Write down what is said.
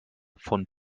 von